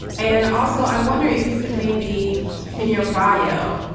and also i wonder if you could maybe in your bio